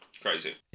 Crazy